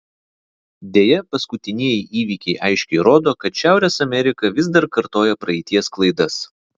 deja paskutinieji įvykiai aiškiai rodo kad šiaurės amerika vis dar kartoja praeities klaidas